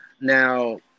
Now